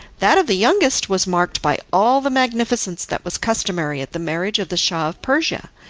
that of the youngest was marked by all the magnificence that was customary at the marriage of the shah of persia,